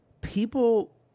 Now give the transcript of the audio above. people